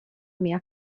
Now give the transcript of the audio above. mia